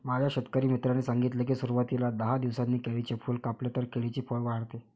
माझ्या शेतकरी मित्राने सांगितले की, सुरवातीला दहा दिवसांनी केळीचे फूल कापले तर केळीचे फळ वाढते